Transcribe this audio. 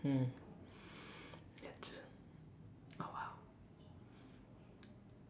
hmm that's oh !wow!